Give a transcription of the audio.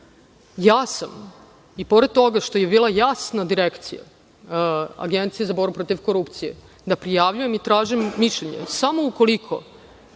sam, i pored toga što je bila jasna direkcija, AgencijA za borbu protiv korupcije da prijavljujem i tražim mišljenje, samo ukoliko